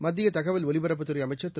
மத்திய தகவல் ஒலிபரப்புத்துறை அமைச்சர் திரு